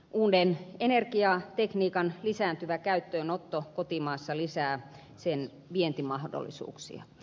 uuden energiatekniikan lisääntyvä käyttöönotto kotimaassa lisää sen vientimahdollisuuksia